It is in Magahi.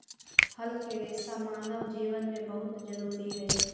फल के रेसा मानव जीवन में बहुत जरूरी हई